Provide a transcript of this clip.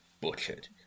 butchered